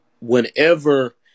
Whenever